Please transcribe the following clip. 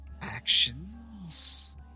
actions